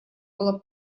была